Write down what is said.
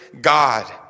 God